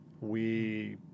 We-